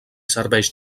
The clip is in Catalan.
serveix